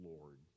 Lord